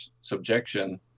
subjection